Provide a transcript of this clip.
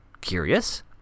Curious